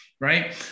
right